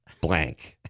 blank